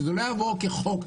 שזה לא יעבור כחוק.